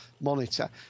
monitor